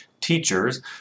teachers